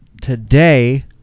today